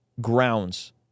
grounds